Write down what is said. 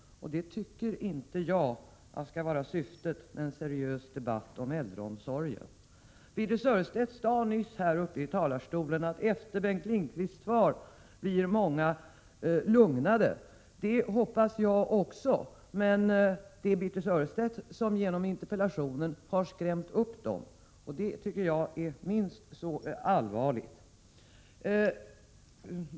Och det tycker i varje fall inte jag skall vara syftet med en seriös debatt om äldreomsorgen. Birthe Sörestedt sade nyss här uppe i talarstolen att efter Bengt Lindqvists svar blir många lugnade. Det hoppas jag också, men det är faktiskt Birthe Sörestedt som genom sin interpellation har skrämt upp dem, och det tycker jag är det verkligt allvarliga.